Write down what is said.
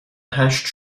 هشت